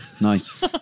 Nice